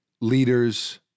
leaders